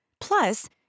Plus